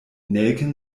nelken